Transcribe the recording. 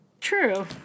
True